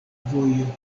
vojo